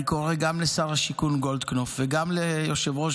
אני קורא גם לשר השיכון גולדקנופ וגם ליושב-ראש